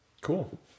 cool